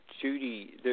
Judy